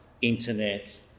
internet